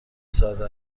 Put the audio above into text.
ساده